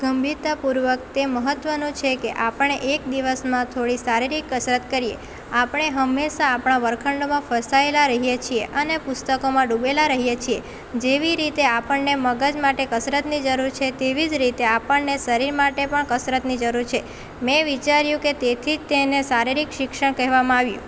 ગંભીરતાપૂર્વક તે મહત્ત્વનું છે કે આપણે એક દિવસમાં થોડી શારીરિક કસરત કરીએ આપણે હંમેશાં આપણાં વર્ગખંડમાં ફસાએલા રહીએ છીએ અને પુસ્તકોમાં ડૂબેલા રહીએ છીએ જેવી રીતે આપણને મગજ માટે કસરતની જરૂર છે તેવી જ રીતે આપણને શરીર માટે પણ કસરતની જરૂર છે મેં વિચાર્યું કે તેથી જ તેને શારીરિક શિક્ષણ કહેવામાં આવ્યું